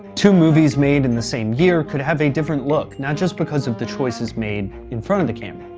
two movies made in the same year could have a different look, not just because of the choices made in front of the camera.